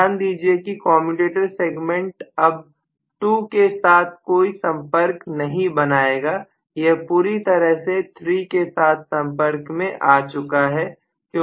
ध्यान दीजिए कि कॉमेंटेटर सेगमेंट अब 2 के साथ कोई संपर्क नहीं बनाएगा यह पूरी तरह से 3 के साथ संपर्क में आ चुका है